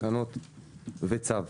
תקנות וצו.